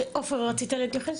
עופר רצית להתייחס?